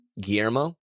Guillermo